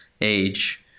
age